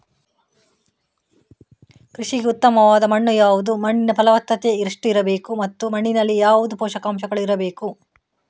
ಕೃಷಿಗೆ ಉತ್ತಮವಾದ ಮಣ್ಣು ಯಾವುದು, ಮಣ್ಣಿನ ಫಲವತ್ತತೆ ಎಷ್ಟು ಇರಬೇಕು ಮತ್ತು ಮಣ್ಣಿನಲ್ಲಿ ಯಾವುದು ಪೋಷಕಾಂಶಗಳು ಇರಬೇಕು?